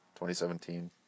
2017